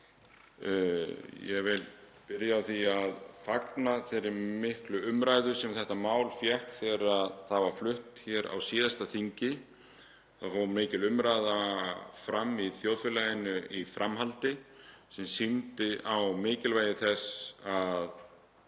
Ég vil byrja á því að fagna þeirri miklu umræðu sem þetta mál fékk þegar það var flutt hér á síðasta þingi. Það fór mikil umræða fram í þjóðfélaginu í framhaldinu sem sýndi mikilvægi þess að